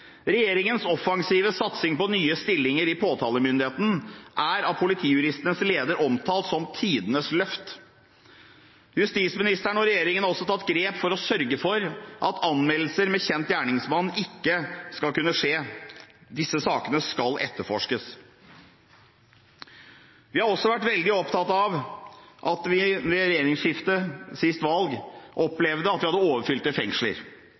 Regjeringens offensive satsing på nye stillinger i påtalemyndigheten er av politijuristenes leder omtalt som tidenes løft. Justisministeren og regjeringen har også tatt grep for å sørge for at anmeldelser med kjent gjerningsmann ikke skal kunne henlegges, disse sakene skal etterforskes. Vi har også vært veldig opptatt av at vi ved regjeringsskiftet sist valg opplevde at vi hadde overfylte fengsler